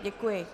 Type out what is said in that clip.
Děkuji.